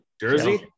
Jersey